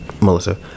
Melissa